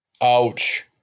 Ouch